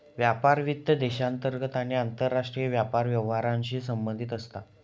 व्यापार वित्त देशांतर्गत आणि आंतरराष्ट्रीय व्यापार व्यवहारांशी संबंधित असता